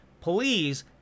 Please